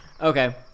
Okay